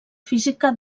física